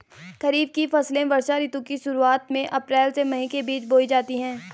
खरीफ की फसलें वर्षा ऋतु की शुरुआत में, अप्रैल से मई के बीच बोई जाती हैं